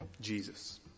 Jesus